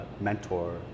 mentor